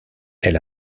elle